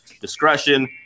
discretion